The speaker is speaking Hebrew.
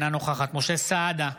אינה נוכחת משה סעדה,